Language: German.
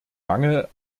mangel